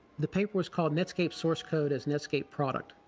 the paper was called netscape source code as netscape product.